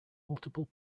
multiple